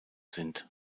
sind